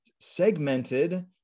segmented